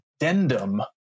addendum